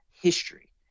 history